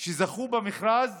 שזכו במכרז